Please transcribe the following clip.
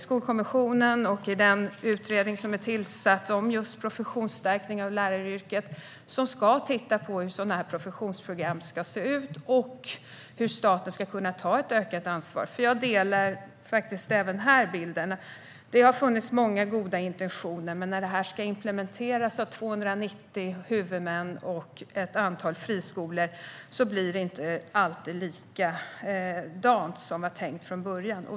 Skolkommissionen och den utredning som är tillsatt om professionsstärkning av läraryrket ska titta på hur ett professionsprogram ska se ut och hur staten ska kunna ta ett ökat ansvar. Jag delar nämligen bilden att det har funnits många goda intentioner men att när de ska implementeras av 290 huvudmän och ett antal friskolor blir det inte alltid så som det var tänkt från början.